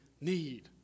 need